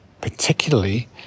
particularly